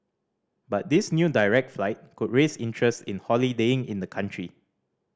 but this new direct flight could raise interest in holidaying in the country